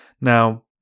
Now